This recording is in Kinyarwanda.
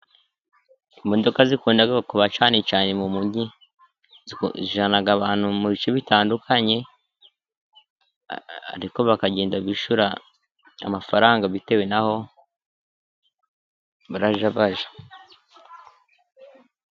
Imodoka zikundaga kuba cyene cyane mu mujyanaga abantu mu bice bitandukanye, ariko bakagenda bishyura amafaranga bitewe n'aho barajya bajya.